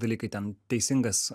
dalykai ten teisingas